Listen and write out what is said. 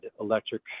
electric